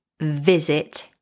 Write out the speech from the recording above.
visit